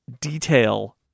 detail